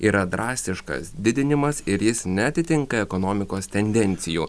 yra drastiškas didinimas ir jis neatitinka ekonomikos tendencijų